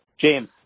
James